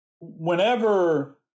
whenever